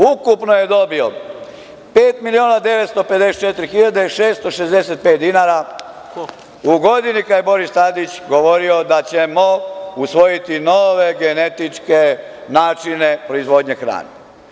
Ukupno je dobio 5.954.665.000 dinara, u godini kada je Boris Tadić govorio da ćemo usvojiti nove genetičke načine proizvodnje hrane.